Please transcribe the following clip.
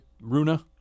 Runa